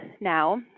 now